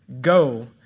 go